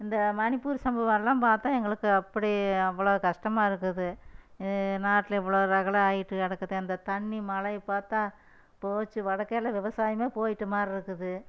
இந்த மணிப்பூர் சம்பவம் எல்லாம் பார்த்தா எங்களுக்கு அப்படி அவ்வளோ கஷ்டமாக இருக்குது நாட்டில் இவ்வளோ ரகளை ஆகிட்டு கிடக்குது அந்த தண்ணி மலையை பார்த்தா போச்சு வடக்கையில விவசாயமே போயிட்டு மாதிரிருக்குது